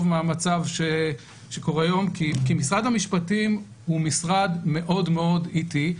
מהמצב שקורה היום כי משרד המשפטים הוא משרד מאוד מאוד איטי,